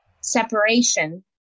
separation